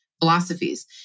philosophies